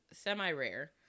semi-rare